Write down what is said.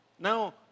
Now